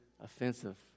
offensive